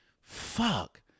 fuck